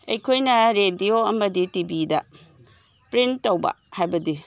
ꯑꯩꯈꯣꯏꯅ ꯔꯦꯗꯤꯑꯣ ꯑꯃꯗꯤ ꯇꯤ ꯚꯤꯗ ꯄ꯭ꯔꯤꯟ ꯇꯧꯕ ꯍꯥꯏꯕꯗꯤ